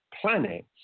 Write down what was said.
planets